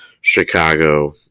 Chicago